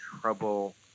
trouble